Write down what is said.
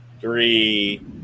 three